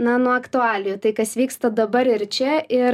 na nuo aktualijų tai kas vyksta dabar ir čia ir